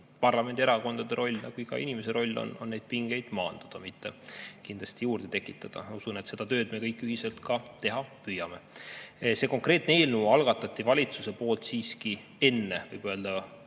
parlamendierakondade roll, nagu iga inimesegi roll, on neid pingeid maandada, mitte juurde tekitada. Ma usun, et seda tööd me kõik ühiselt ka teha püüame. Selle konkreetse eelnõu algatas valitsus siiski enne Venemaa